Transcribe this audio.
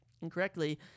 incorrectly